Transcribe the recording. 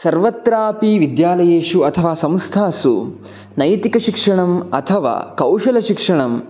सर्वत्रापि विद्यालयेषु अथवा संस्थासु नैतिकशिक्षणम् अथवा कौशलशिक्षणं